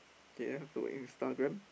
K I have to Instagram